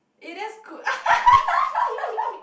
eh there's good